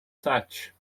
such